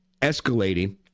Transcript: escalating